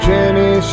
Jenny